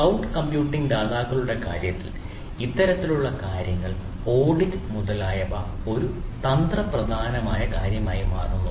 cloud computing ദാതാക്കളുടെ കാര്യത്തിൽ ഇത്തരത്തിലുള്ള കാര്യങ്ങൾ ഓഡിറ്റ് മുതലായവ ഒരു തന്ത്രപരമായ കാര്യമായി മാറുന്നു